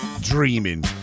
Dreaming